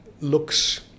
looks